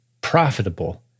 profitable